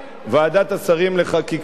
ועדת השרים לחקיקה,